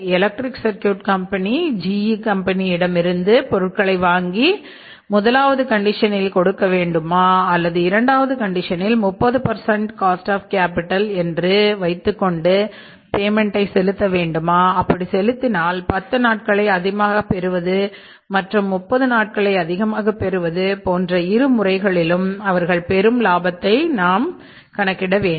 electric circuit company GE கம்பெனியிடம் இருந்து பொருட்களை வாங்கி முதலாவது கண்டிஷனில் கொடுக்க வேண்டுமா அல்லது இரண்டாவது கண்டிஷனில் 30 காஸ்ட் ஆஃ கேபிடல் செலுத்த வேண்டுமா அப்படி செலுத்தினால் பத்து நாட்களை அதிகமாக பெறுவது மற்றும் 30 நாட்களை அதிகமாக பெறுவது போன்ற இரு முறைகளிலும் அவர்கள் பெரும் லாபத்தை நாம் கணக்கிட வேண்டும்